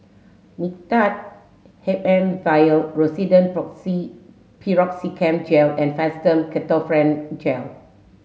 Mixtard H M vial Rosiden Piroxicam Gel and Fastum Ketoprofen Gel